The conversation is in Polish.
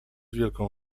wielką